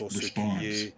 response